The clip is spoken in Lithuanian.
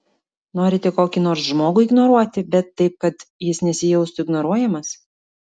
norite kokį nors žmogų ignoruoti bet taip kad jis nesijaustų ignoruojamas